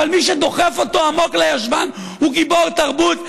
אבל מי שדוחף אותו עמוק לישבן הוא גיבור תרבות,